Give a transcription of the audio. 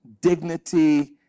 dignity